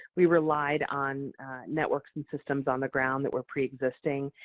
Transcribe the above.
we relied on networks and systems on the ground that were preexisting,